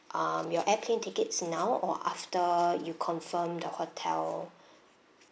um your airplane tickets now or after you confirm the hotel